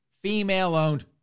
female-owned